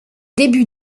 débuts